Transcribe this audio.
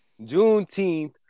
Juneteenth